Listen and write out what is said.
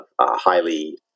highly